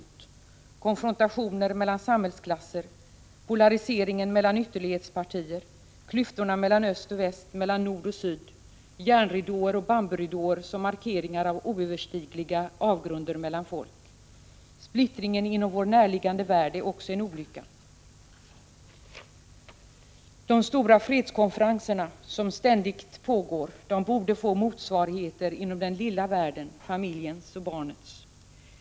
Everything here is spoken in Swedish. Det gäller konfrontationer mellan samhällsklasser, polariseringen mellan ytterlighetspartier, klyftorna mellan öst och väst och mellan nord och syd, järnridåer och bamburidåer som markeringar av oöverstigliga avgrunder mellan folk. Splittringen inom vår närliggande värld är också en olycka. De stora fredskonferenserna, som ständigt pågår, borde få motsvarigheter inom den lilla världen, familjens och barnets.